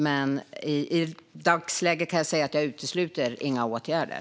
Men i dagsläget kan jag säga att jag inte utesluter några åtgärder.